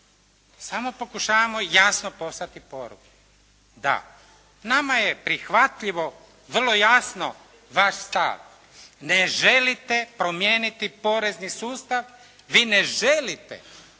samo pokušavamo jasno poslati poruku da, nama je prihvatljivo vaš stav, ne želite promijeniti porezni sustav, vi ne želite da bogatiji